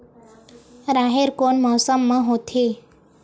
राहेर कोन मौसम मा होथे?